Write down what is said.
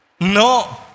No